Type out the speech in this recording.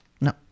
No